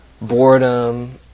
boredom